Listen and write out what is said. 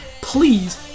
Please